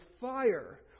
fire